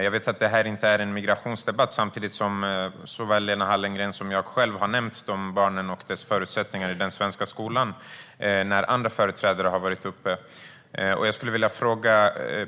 Jag vet att det här inte är en migrationsdebatt, samtidigt som såväl Lena Hallengren som jag har nämnt barnen och deras förutsättningar i den svenska skolan när andra företrädare har varit uppe i talarstolen.